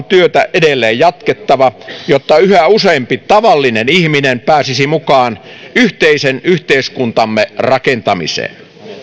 työtä on edelleen jatkettava jotta yhä useampi tavallinen ihminen pääsisi mukaan yhteisen yhteiskuntamme rakentamiseen